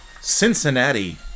Cincinnati